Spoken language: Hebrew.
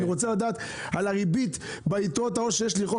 אני רוצה לדעת על הריבית ביתרות העו"ש שיש לי חוק